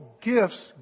gifts